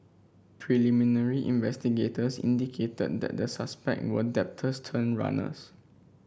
preliminary investigators indicated that the suspect were debtors turned runners